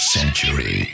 Century